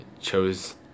chose